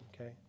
okay